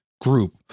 group